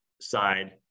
side